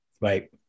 Right